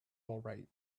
alright